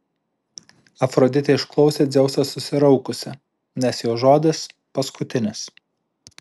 afroditė išklausė dzeusą susiraukusi nes jo žodis paskutinis